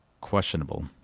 questionable